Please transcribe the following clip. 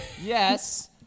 Yes